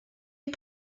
est